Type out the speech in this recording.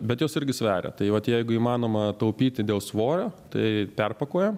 bet jos irgi sveria tai vat jeigu įmanoma taupyti dėl svorio tai perpakuoja